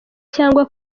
cyangwa